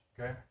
okay